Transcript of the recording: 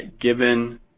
given